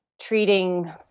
treating